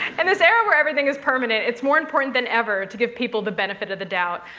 and this era where everything is permanent, it's more important than ever to give people the benefit of the doubt,